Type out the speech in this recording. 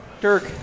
Dirk